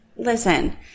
Listen